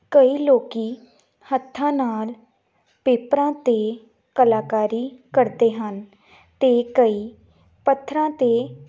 ਕਈ ਲੋਕ ਹੱਥਾਂ ਨਾਲ ਪੇਪਰਾਂ 'ਤੇ ਕਲਾਕਾਰੀ ਕਰਦੇ ਹਨ ਅਤੇ ਕਈ ਪੱਥਰਾਂ 'ਤੇ